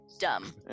Dumb